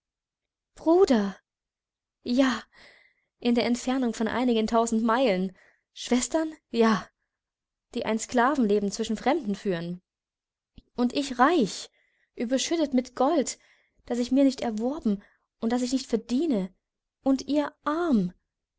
bruder ja in der entfernung von einigen tausend meilen schwestern ja die ein sklavenleben zwischen fremden führen und ich reich überschüttet mit gold das ich mir nicht erworben und das ich nicht verdiene und ihr arm